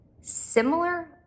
similar